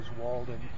Walden